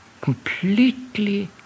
completely